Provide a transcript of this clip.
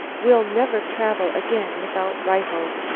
we'll never travel again without rifles.